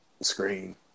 Screen